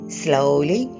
slowly